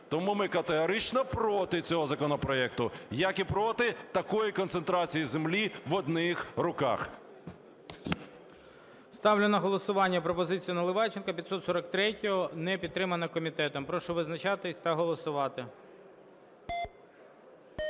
Тому ми категорично проти цього законопроект, як і проти такої концентрації землі в одних руках.